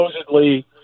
supposedly